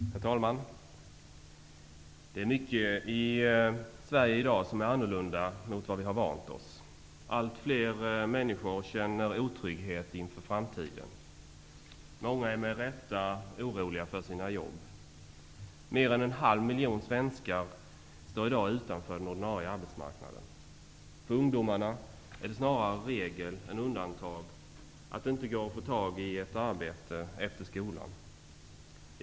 Herr talman! Det är mycket i Sverige i dag som är annorlunda mot vad vi har vant oss vid. Allt fler människor känner otrygghet inför framtiden. Många är med rätta oroliga för sina jobb. Mer än en halv miljon svenskar står i dag utanför den ordinarie arbetsmarknaden. För ungdomarna är det snarare regel än undantag att det inte går att få tag i ett arbete efter skolan.